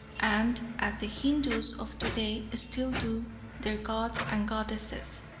and as the hindoos of to-day still do their gods and goddesses,